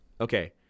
okay